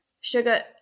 sugar